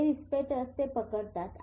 हे रिसेप्टर्स ते पकडतात